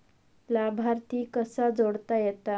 लाभार्थी कसा जोडता येता?